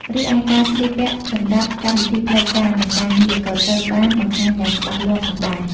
រីឯការស្លៀកពាក់សម្រាប់កម្មវិធីផ្លូវការ និងការងារ ក៏ត្រូវបានបង្ហាញយ៉ាងច្បាស់លាស់ផងដែរ។